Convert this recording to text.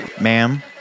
Ma'am